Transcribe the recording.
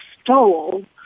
stole